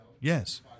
Yes